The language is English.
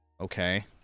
okay